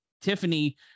Tiffany